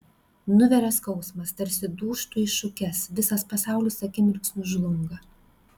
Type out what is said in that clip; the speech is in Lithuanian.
nuveria skausmas tarsi dūžtu į šukes visas pasaulis akimirksniu žlunga